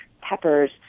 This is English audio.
peppers